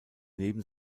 neben